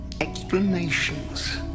Explanations